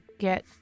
Get